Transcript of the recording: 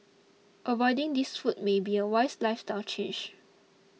avoiding these foods may be a wise lifestyle change